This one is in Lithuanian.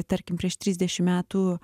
tarkim prieš trisdešimt metų